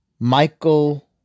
Michael